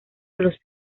los